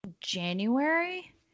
January